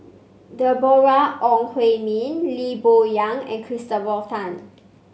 Deborah Ong Hui Min Lee Boon Yang and Christopher Tan